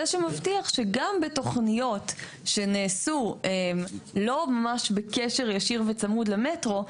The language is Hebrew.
שמבטיח שגם בתוכניות שנעשו לא ממש בקשר ישיר וצמוד למטרו,